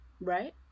Right